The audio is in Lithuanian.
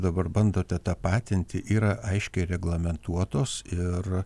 dabar bandote tapatinti yra aiškiai reglamentuotos ir